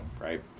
right